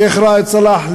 שיח' ראאד סלאח,